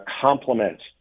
complement